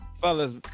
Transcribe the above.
fellas